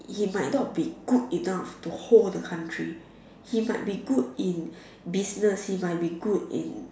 he might not be good enough to hold the country he might be good in business he might be good in